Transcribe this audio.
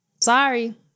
Sorry